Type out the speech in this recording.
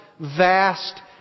vast